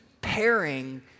pairing